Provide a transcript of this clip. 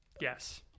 Yes